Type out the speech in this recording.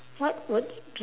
what would be